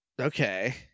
Okay